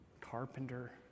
carpenter